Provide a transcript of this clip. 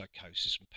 psychosis